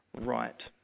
right